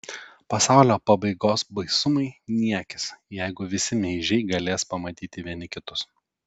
pasaulio pabaigos baisumai niekis jeigu visi meižiai galės pamatyti vieni kitus